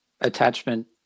attachment